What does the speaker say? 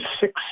six